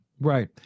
Right